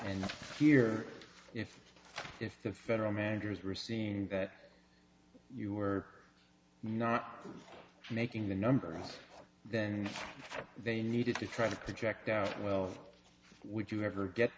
and hear if if the federal managers were seen that you were not making the numbers than they needed to try to project out well of would you ever get